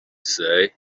say